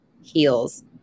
heals